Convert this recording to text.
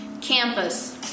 campus